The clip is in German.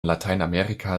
lateinamerika